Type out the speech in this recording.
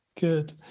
Good